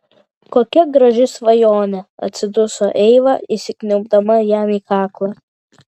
kokia graži svajonė atsiduso eiva įsikniaubdama jam į kaklą